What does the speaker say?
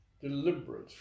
deliberate